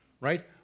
right